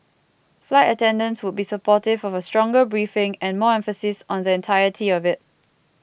flight attendants would be supportive of a stronger briefing and more emphasis on the entirety of it